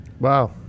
Wow